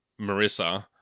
Marissa